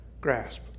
grasp